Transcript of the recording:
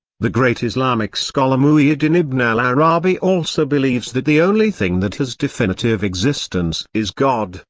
the great islamic scholar muhyiddin ibn al-'arabi also believes that the only thing that has definitive existence is god,